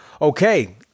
Okay